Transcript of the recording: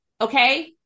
Okay